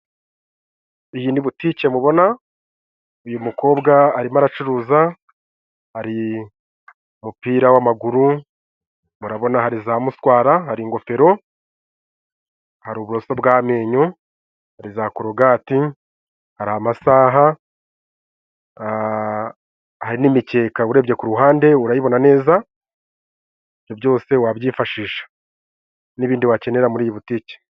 Iyi ni butike mubona. Uyu Mukobwa arimo aracuruza ari umupira w'amaguru, murabona hariza mushwara, hari ingofero hari uburoso bw'amenyo, hari za korogati , hari amasaha, hari nimikeka urebye ku ruhande urayibona neza ibyo byose wabyifashisha. N'ibindi wakenera muri iyi butike.